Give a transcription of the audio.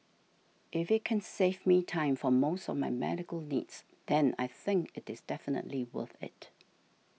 if it can save me time for most of my medical needs then I think it is definitely worth it